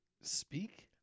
speak